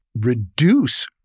reduce